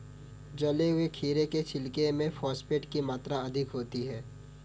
जले हुए खीरे के छिलके में फॉस्फेट की मात्रा अधिक होती है